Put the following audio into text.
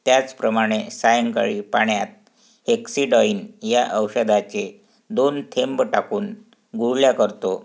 त्याचप्रमाणे सायंकाळी पाण्यात एक सीड ऑइल या औषधाचे दोन थेंब टाकून गुळण्या करतो